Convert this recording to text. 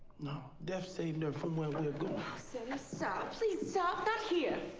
no, death saved her from where we're going. sammy, stop, please stop! not here!